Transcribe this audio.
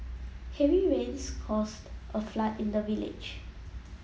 heavy rains caused a flood in the village